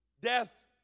Death